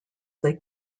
they